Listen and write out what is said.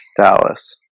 Dallas